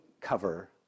cover